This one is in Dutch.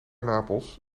napels